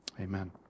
Amen